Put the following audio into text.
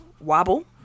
Wobble